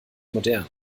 modern